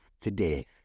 today